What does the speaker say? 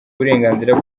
burenganzira